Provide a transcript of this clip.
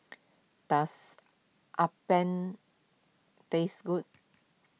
does Appam taste good